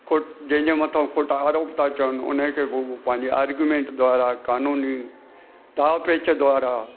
खुट जंहिंजे मथां खुट आरोप था चवनि उनखे पोइ हो पंहिंजे ऑर्गयूमेंट द्वारा क़ानूनी दावपेच द्वारा